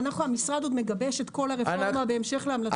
המשרד עוד מגבש את כל הרפורמה בהמשך להמלצות.